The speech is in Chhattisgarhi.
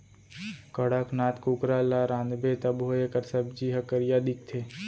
कड़कनाथ कुकरा ल रांधबे तभो एकर सब्जी ह करिया दिखथे